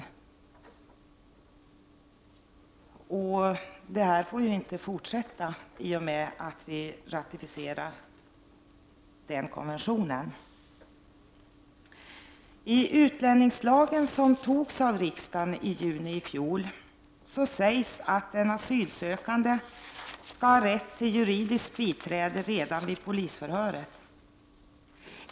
I och med att vi antar konventionen får det här inte fortsätta. I utlänningslagen, som antogs av riksdagen i juni i fjol, sägs att den asylsökande skall ha rätt till juridiskt biträde redan vid polisförhöret.